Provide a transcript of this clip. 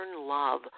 love